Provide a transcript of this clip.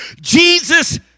Jesus